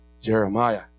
Jeremiah